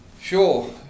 Sure